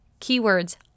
keywords